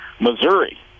Missouri